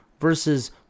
versus